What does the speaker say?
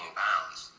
pounds